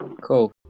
cool